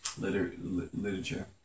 literature